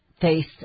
face